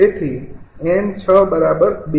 તેથી 𝑁૬૨